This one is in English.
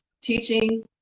teaching